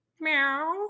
Meow